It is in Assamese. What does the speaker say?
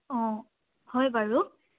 অঁ হয় বাৰু